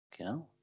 Okay